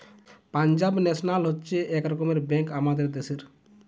Punjab national হচ্ছে এক রকমের ব্যাঙ্ক আমাদের দ্যাশের